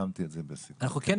אנחנו כן